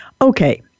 Okay